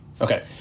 Okay